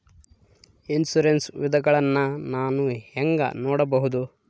Insurance ವಿಧಗಳನ್ನ ನಾನು ಹೆಂಗ ನೋಡಬಹುದು?